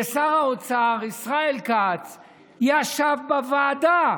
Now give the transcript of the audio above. ושר האוצר ישראל כץ ישב בוועדה